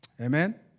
Amen